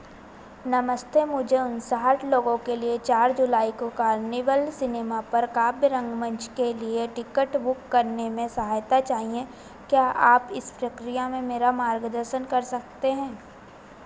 नमस्ते मुझे उनसठ लोगों के लिए चार जुलाई को कार्निवल सिनेमा पर काव्य रंगमंच के लिए टिकट बुक करने में सहायता चाहिए क्या आप इस प्रक्रिया में मेरा मार्गदर्शन कर सकते हैं